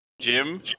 Jim